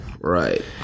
right